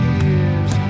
years